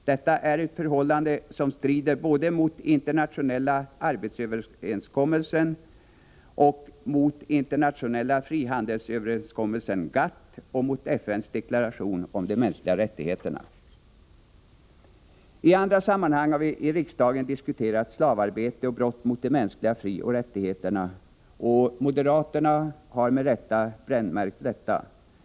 Detta är ett förhållande som strider mot den internationella arbetsöverenskommelsen, mot den internationella frihandelsöverenskommelsen GATT och mot FN:s deklaration om de mänskliga rättigheterna. I andra sammanhang har vi i riksdagen diskuterat slavarbete och brott mot de mänskliga frioch rättigheterna, och moderaterna har med rätta brännmärkt detta.